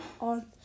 on